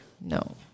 No